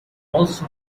also